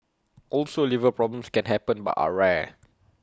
also liver problems can happen but are rare